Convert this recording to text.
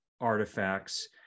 artifacts